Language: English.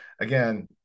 again